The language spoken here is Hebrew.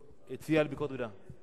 יש בין המציעים דעות סותרות.